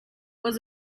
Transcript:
was